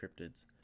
cryptids